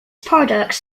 products